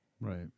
Right